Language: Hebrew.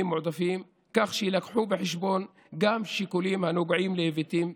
מועדפים כך שיובאו בחשבון גם שיקולים הנוגעים להיבטים סביבתיים.